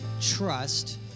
trust